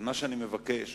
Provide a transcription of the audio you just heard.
אני מבקש